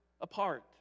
apart